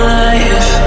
life